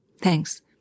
Thanks